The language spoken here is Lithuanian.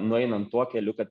nueinant tuo keliu kad